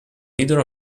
leader